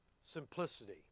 Simplicity